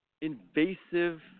invasive